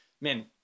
man